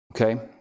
Okay